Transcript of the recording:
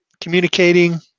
communicating